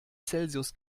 celsius